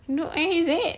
you no ingat is it